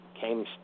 came